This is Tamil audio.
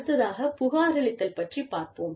அடுத்ததாகப் புகாரளித்தல் பற்றிப் பார்ப்போம்